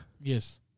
Yes